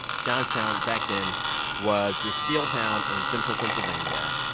johnstown back then was this steel town in central pennsylvania.